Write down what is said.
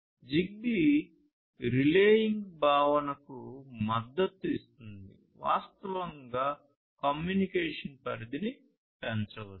Zigbee relaying భావనకు మద్దతు ఇస్తుంది వాస్తవంగా కమ్యూనికేషన్ పరిధిని పెంచవచ్చు